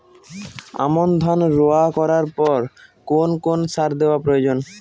আমন ধান রোয়া করার পর কোন কোন সার দেওয়া প্রয়োজন?